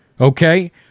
Okay